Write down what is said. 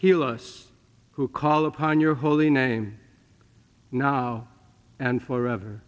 healers who call upon your holy name now and forever